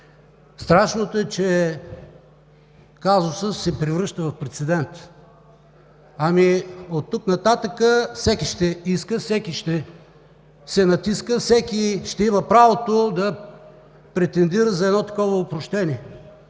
Страшното е, че казусът се превръща в прецедент. Оттук нататък всеки ще иска, всеки ще се натиска, всеки ще има правото да претендира за такова опрощение,